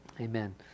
amen